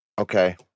Okay